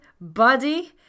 body